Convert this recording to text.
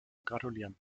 gratulieren